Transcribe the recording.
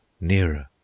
nearer